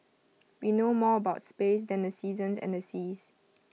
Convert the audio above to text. we know more about space than the seasons and the seas